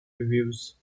reviews